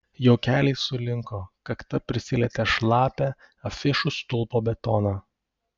jo keliai sulinko kakta prisilietė šlapią afišų stulpo betoną